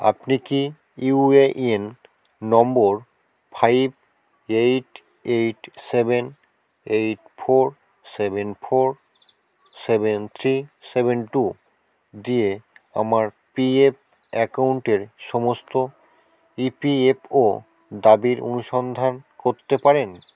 আপনি কি UAN number five eight eight seven eight four seven four seven three seven two দিয়ে আমার PF অ্যাকাউন্টের সমস্ত ইপিএপও দাবির অনুসন্ধান করতে পারেন